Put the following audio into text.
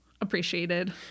appreciated